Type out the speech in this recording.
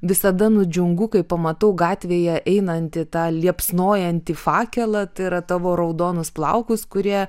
visada nudžiungu kai pamatau gatvėje einantį tą liepsnojantį fakelą tai yra tavo raudonus plaukus kurie